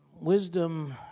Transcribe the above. wisdom